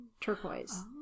turquoise